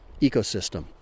ecosystem